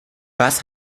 was